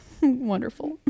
wonderful